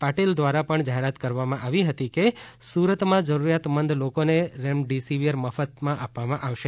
પાટીલ દ્વારા પણ જાહેરાત કરવામાં આવી હતી કે સુરતમાં જરૂરિયાતમંદ લોકોને રેમડીસીવર મફતમાં આપવામાં આવશે